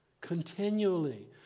continually